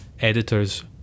editors